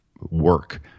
work